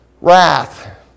Wrath